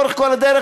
לאורך כל הדרך,